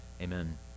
Amen